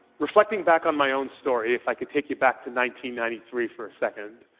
reflecting back on my own story, if i could take you back to ninety ninety three for a second,